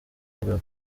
bwa